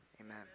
Amen